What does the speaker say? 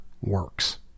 works